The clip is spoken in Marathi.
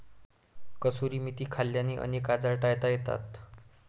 कसुरी मेथी खाल्ल्याने अनेक आजार टाळता येतात